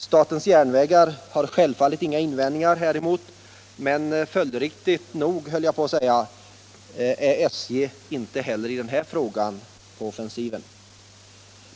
Statens järnvägar har självfallet inga invändningar häremot, men följdriktigt nog — höll jag på att säga — är SJ inte heller i den här frågan på offensiven.